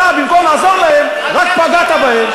אז עכשיו אתה, במקום לעזור להם, רק פגעת בהם.